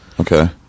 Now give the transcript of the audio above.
Okay